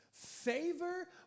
Favor